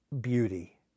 beauty